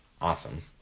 awesome